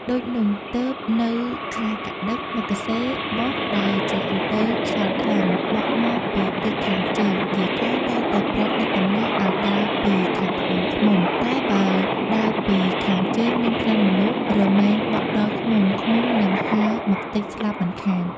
ដូចនោះ ទើបនៅខែកត្តិក-មិគសិរ-បុស្ស ដែលជារដូវខ្យល់ខ្លាំង បក់មកពីទិសខាងជើង យាយកែតែងតែប្រាប់អ្នកដំណើរឲ្យដើរពីខាងត្បូងឃ្មុំ តែបើដើរពីខាងជើង មានក្លិនមនុស្សរមែងបក់ដល់ឃ្មុំៗនឹងហើរមកទិចស្លាប់មិនខាន ។